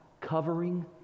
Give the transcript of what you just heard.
covering